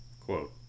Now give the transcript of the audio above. Quote